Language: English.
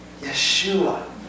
Yeshua